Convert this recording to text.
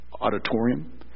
auditorium